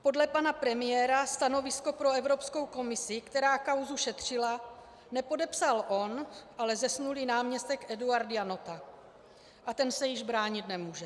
Podle pana premiéra stanovisko pro Evropskou komisi, která kauzu šetřila, nepodepsal on, ale zesnulý náměstek Eduard Janota a ten se již bránit nemůže.